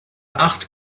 acht